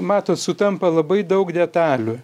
matot sutampa labai daug detalių